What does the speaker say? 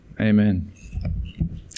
Amen